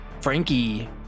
Frankie